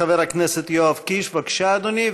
חבר הכנסת יואב קיש, בבקשה, אדוני.